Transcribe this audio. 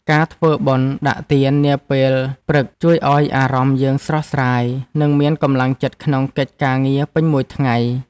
ការធ្វើបុណ្យដាក់ទាននាពេលព្រឹកជួយឱ្យអារម្មណ៍យើងស្រស់ស្រាយ និងមានកម្លាំងចិត្តក្នុងកិច្ចការងារពេញមួយថ្ងៃ។